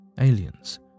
Aliens